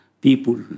people